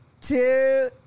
two